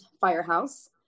firehouse